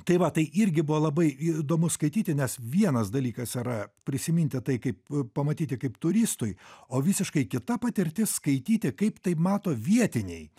tai va tai irgi buvo labai įdomu skaityti nes vienas dalykas yra prisiminti tai kaip pamatyti kaip turistui o visiškai kita patirtis skaityti kaip tai mato vietiniai